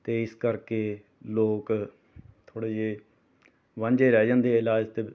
ਅਤੇ ਇਸ ਕਰਕੇ ਲੋਕ ਥੋੜ੍ਹੇ ਜਿਹੇ ਵਾਂਝੇ ਰਹਿ ਜਾਂਦੇ ਹੈ ਇਲਾਜ ਤੋਂ